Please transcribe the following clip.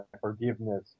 forgiveness